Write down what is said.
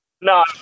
No